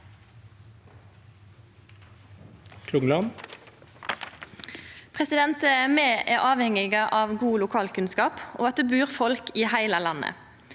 Me er avhengige av god lokalkunnskap og at det bur folk i heile landet.